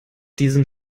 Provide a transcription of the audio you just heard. diesen